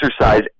exercise